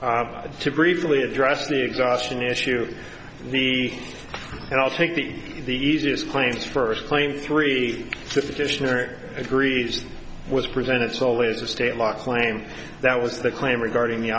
to briefly address the exhaustion issue the i'll take the the easiest claims first claim three sufficient agreed to was presented solely as of state law claim that was the claim regarding the